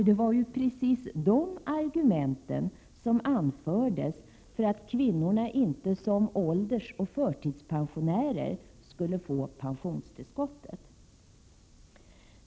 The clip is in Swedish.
Det var ju precis de argumenten som anfördes för att kvinnorna inte som åldersoch förtidspensionärer skulle få pensionstillskottet!